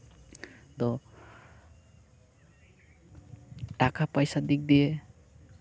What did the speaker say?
ᱛᱚ ᱴᱟᱠᱟ ᱯᱟᱭᱥᱟ ᱫᱤᱠ ᱫᱤᱭᱮ